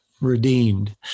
redeemed